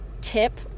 tip